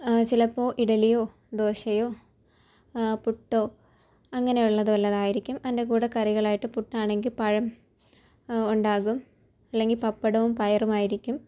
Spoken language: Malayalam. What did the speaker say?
ആ ചിലപ്പോൾ ഇഡ്ഡലിയോ ദോശയോ പുട്ടോ അങ്ങനെയുള്ളതോ വല്ലതും ആയിരിക്കും അതിൻ്റെ കൂടെ കറികളായിട്ട് പുട്ടാണെങ്കിൽ പഴം ഉണ്ടാകും അല്ലെങ്കിൽ പപ്പടവും പയറും ആയിരിക്കും